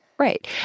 Right